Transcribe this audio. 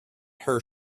her